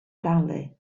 dalu